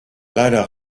leider